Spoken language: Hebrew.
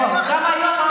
גם היום,